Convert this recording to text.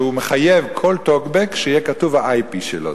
שמחייב שבכל טוקבק יהיה כתוב ה-IP שלו.